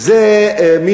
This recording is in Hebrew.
לא לא, זה לא ניוון.